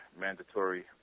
mandatory